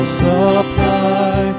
supply